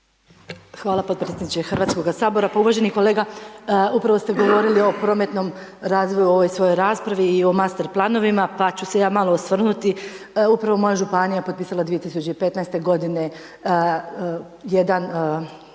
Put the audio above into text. Hvala potpredsjedniče Hrvatskoga sabora. Pa uvaženi kolega, upravo ste govorili o prometnom razvoju u ovoj svojoj raspravi i o master planovima pa ću se ja malo osvrnuti, upravo moja županija je potpisala 2015. godine jedan,